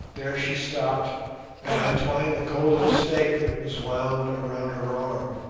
there she stopped and untwined the golden snake that was wound around her arm.